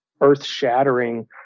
earth-shattering